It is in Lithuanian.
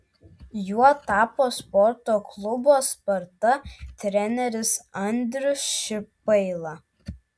juo tapo sporto klubo sparta treneris andrius šipaila